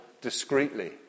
discreetly